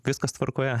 viskas tvarkoje